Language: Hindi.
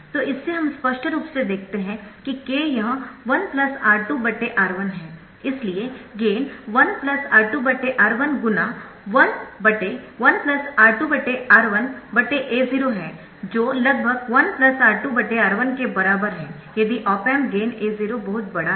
तो इससे हम स्पष्ट रूप से देखते है कि k यह 1 R2 R1 है इसलिए गेन 1 R2 R1 गुणा 11 R2 R1 बटे A0 है जो लगभग 1 R2 R1 के बराबर है यदि ऑप एम्प गेन A0 बहुत बड़ा है